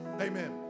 Amen